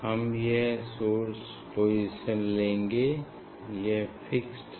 हम यह source position लेंगे यह फिक्स्ड है